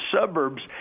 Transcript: suburbs